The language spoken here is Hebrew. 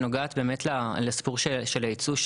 שנוגעת באמת לסיפור של הייצוא,